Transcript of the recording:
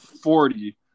forty